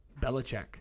Belichick